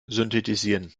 synthetisieren